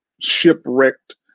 shipwrecked